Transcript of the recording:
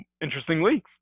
interestingly